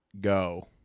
go